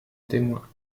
témoins